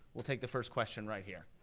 we'll take the first question right here.